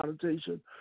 connotation